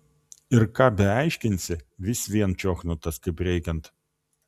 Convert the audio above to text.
ir ką beaiškinsi vis vien čiochnutas kaip reikiant